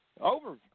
over